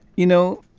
you know,